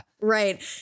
Right